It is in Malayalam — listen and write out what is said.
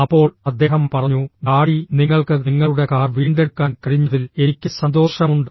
അപ്പോൾ അദ്ദേഹം പറഞ്ഞു ഡാഡി നിങ്ങൾക്ക് നിങ്ങളുടെ കാർ വീണ്ടെടുക്കാൻ കഴിഞ്ഞതിൽ എനിക്ക് സന്തോഷമുണ്ട്